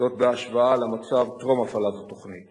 בתוך כך החלה לפעול עוד בשנת הלימודים תש"ע תוכנית